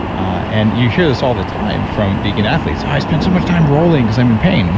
and you hear this all the time from vegan athletes. i spend so much time rolling because i'm in pain. i'm